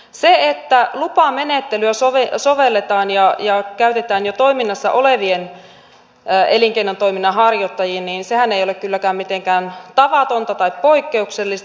se että lupamenettelyä sovelletaan ja käytetään jo toiminnassa oleviin elinkeinotoiminnan harjoittajiin ei ole kylläkään mitenkään tavatonta tai poikkeuksellista